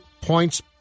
points